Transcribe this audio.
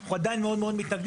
אנחנו עדיין מאוד מאוד מתנגדים.